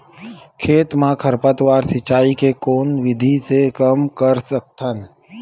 खेत म खरपतवार सिंचाई के कोन विधि से कम कर सकथन?